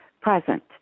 present